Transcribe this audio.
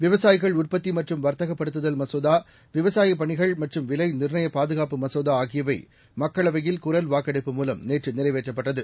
விவசாயிகள் உற்பத்திமற்றும் வர்த்தகப் படுத்துதல் மசோதாவிவசாயபணிகள் மற்றும் விலைநிர்ணயபாதுகாப்பு மசோதாஆகியவைமக்களவையில் குரல் வாக்கெடுப்பு மூலம் நேற்றுநிறைவேற்றப்பட்டது